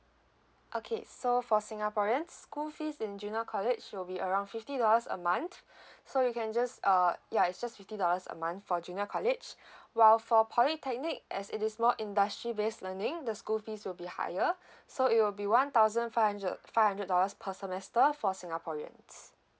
okay so for singaporeans school fees in junior college will be around fifty dollars a month so you can just err ya it's just fifty dollars a month for junior college while for polytechnic as it is more industry based learning the school fees will be higher so it will be one thousand five hundred five hundred dollars per semester for singaporeans